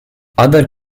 other